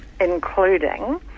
including